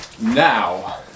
Now